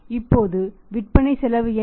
இப்போது விற்பனை செலவு என்ன